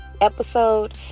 episode